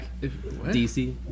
DC